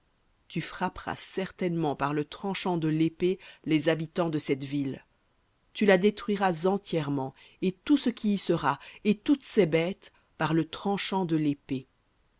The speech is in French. tu frapperas certainement par le tranchant de l'épée les habitants de cette ville tu la détruiras entièrement et tout ce qui y sera et toutes ses bêtes par le tranchant de l'épée